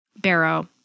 Barrow